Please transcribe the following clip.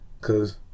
cause